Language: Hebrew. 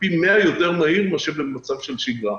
פי 100 יותר מהיר מאשר במצב של שגרה.